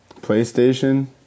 PlayStation